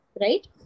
right